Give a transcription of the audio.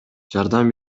жардам